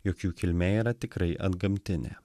jog jų kilmė yra tikrai antgamtinė